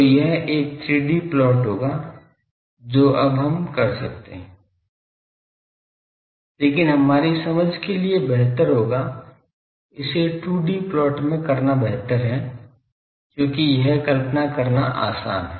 तो यह एक 3 D प्लॉट होगा जो अब हम कर सकते हैं लेकिन हमारी समझ के लिए बेहतर होगा इसे 2 D प्लॉट में करना बेहतर है क्योंकि यह कल्पना करना आसान है